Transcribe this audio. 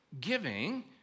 giving